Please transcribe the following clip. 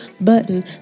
button